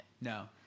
no